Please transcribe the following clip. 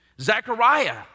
Zechariah